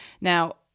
Now